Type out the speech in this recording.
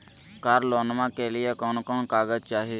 कार लोनमा के लिय कौन कौन कागज चाही?